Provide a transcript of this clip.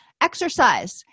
Exercise